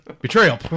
Betrayal